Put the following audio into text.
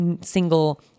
single